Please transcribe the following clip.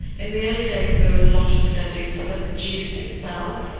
in the early days there were a lot of studies of the juice itself,